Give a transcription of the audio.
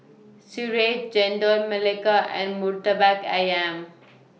Sireh Chendol Melaka and Murtabak Ayam